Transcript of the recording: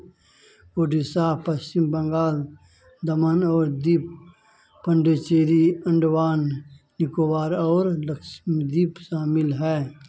उड़ीसा पश्चिम बंगाल दमन और दीप पंडिचेरी अंडवान निकोबार और लक्षद्वीप शामिल है